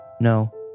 No